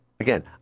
Again